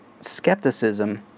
skepticism